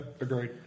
agreed